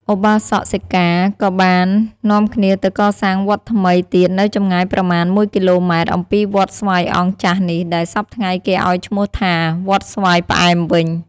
ឧបាសក-សិកា ក៏បាននាំគ្នាទៅកសាងវត្តថ្មីទៀត នៅចម្ងាយប្រមាណ ១ គ.ម. អំពីវត្តស្វាយអង្គចាស់នេះ ដែលសព្វថ្ងៃគេឲ្យឈ្មោះថា "វត្តស្វាយ ផ្អែម" វិញ ។